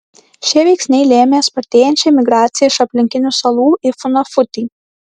šie veiksniai lėmė spartėjančią imigraciją iš aplinkinių salų į funafutį